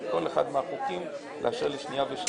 אנחנו בעצם אומרים התעללות 15 שנה וכל